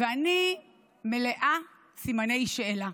אני מלאת סימני שאלה.